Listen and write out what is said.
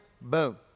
boom